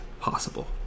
possible